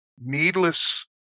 Needless